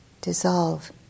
dissolve